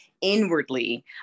inwardly